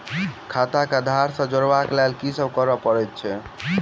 खाता केँ आधार सँ जोड़ेबाक लेल की सब करै पड़तै अछि?